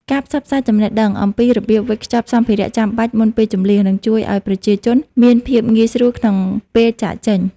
ការផ្សព្វផ្សាយចំណេះដឹងអំពីរបៀបវេចខ្ចប់សម្ភារៈចាំបាច់មុនពេលជម្លៀសនឹងជួយឱ្យប្រជាជនមានភាពងាយស្រួលក្នុងពេលចាកចេញ។